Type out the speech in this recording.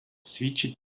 свідчить